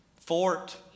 fort